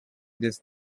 these